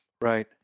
Right